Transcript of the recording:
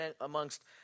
amongst